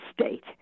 state